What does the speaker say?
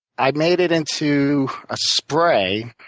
i made it into a spray,